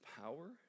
power